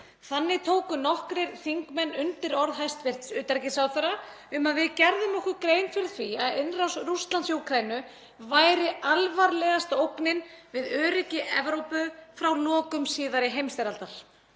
Þannig tóku nokkrir þingmenn undir orð hæstv. utanríkisráðherra um að við gerðum okkur grein fyrir því að innrás Rússlands í Úkraínu væri alvarlegasta ógnin við öryggi Evrópu frá lokum síðari heimsstyrjaldar.